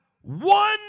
one